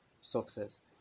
success